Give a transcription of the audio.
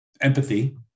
Empathy